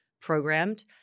programmed